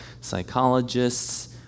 psychologists